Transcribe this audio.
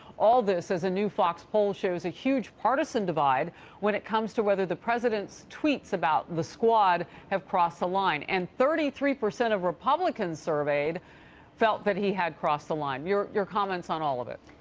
all this is a new fox poll shows a huge partisan divide when it comes to whether the president's tweets about the squad have crossed the line. and thirty three percent of republicans surveyed felt that he had crossed the line. your your comments on all of it?